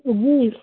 جی